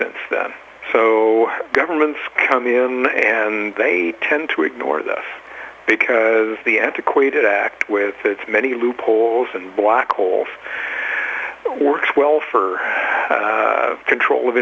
since then so governments come in and they tend to ignore this because the antiquated act with its many loopholes and black holes works well for control of